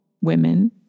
women